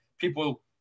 people